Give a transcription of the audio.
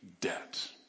debt